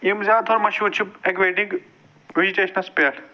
یِم زیادٕ تَر مہشوٗر چھِ ایٚکویٹِک وِجٹیشنَس پٮ۪ٹھ